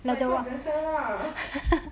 like got better lah